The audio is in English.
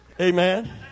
Amen